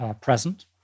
present